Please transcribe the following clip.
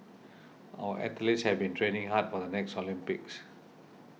our athletes have been training hard for the next Olympics